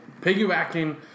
piggybacking